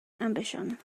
ambition